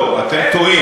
לא, אתם טועים.